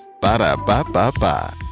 Ba-da-ba-ba-ba